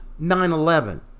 9-11